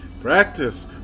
practice